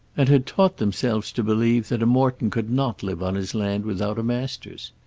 and had taught themselves to believe that a morton could not live on his land without a masters.